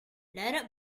let